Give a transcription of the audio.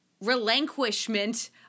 relinquishment